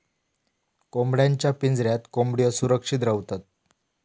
कोंबड्यांच्या पिंजऱ्यात कोंबड्यो सुरक्षित रव्हतत